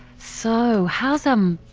so how's umm.